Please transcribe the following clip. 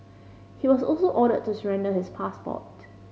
he was also ordered to surrender his passport